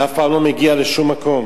אתה אף פעם לא מגיע לשום מקום.